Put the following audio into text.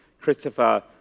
Christopher